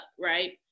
right